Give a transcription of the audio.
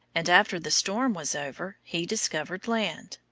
and after the storm was over he discovered land.